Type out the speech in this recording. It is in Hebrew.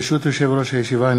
ברשות יושב-ראש הישיבה,